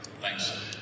Thanks